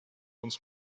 uns